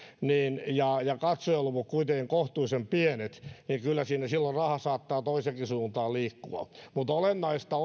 ja ja katsojaluvut kuitenkin kohtuullisen pienet siinä raha saattaa toiseenkin suuntaan liikkua mutta olennaista